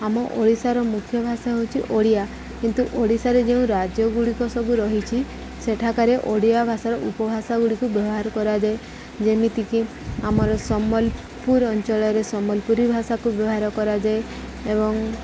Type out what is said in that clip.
ଆମ ଓଡ଼ିଶାର ମୁଖ୍ୟ ଭାଷା ହେଉଛି ଓଡ଼ିଆ କିନ୍ତୁ ଓଡ଼ିଶାରେ ଯେଉଁ ରାଜ୍ୟଗୁଡ଼ିକ ସବୁ ରହିଛି ସେଠାକାରେ ଓଡ଼ିଆ ଭାଷାର ଉପଭାଷାଗୁଡ଼ିକୁ ବ୍ୟବହାର କରାଯାଏ ଯେମିତିକି ଆମର ସମ୍ବଲପୁର ଅଞ୍ଚଳରେ ସମ୍ବଲପୁରୀ ଭାଷାକୁ ବ୍ୟବହାର କରାଯାଏ ଏବଂ